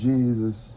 Jesus